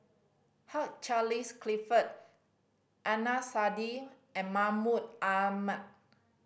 Hugh Charles Clifford Adnan Saidi and Mahmud Ahmad